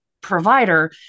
provider